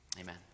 amen